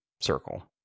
circle